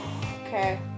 Okay